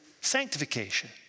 Sanctification